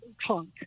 trunk